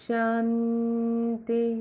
Shanti